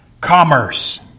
commerce